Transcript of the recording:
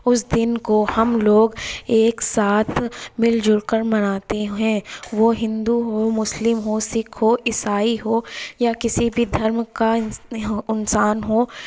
اس دن کو ہم لوگ ایک ساتھ مل جل کر مناتے ہیں وہ ہندو ہو مسلم ہو سکھ ہو عیسائی ہو یا کسی بھی دھرم کا ہو انسان ہو